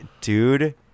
dude